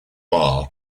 barre